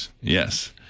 Yes